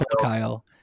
Kyle